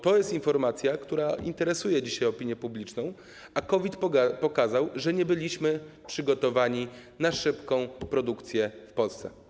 To jest informacja, która interesuje dzisiaj opinię publiczną, a COVID pokazał, że nie byliśmy przygotowani na szybką produkcję w Polsce.